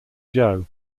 joe